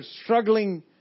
struggling